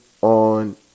on